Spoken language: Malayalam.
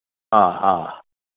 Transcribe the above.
ആ ഹാ